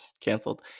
canceled